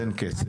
תן כסף.